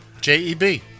J-E-B